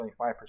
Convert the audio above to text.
25%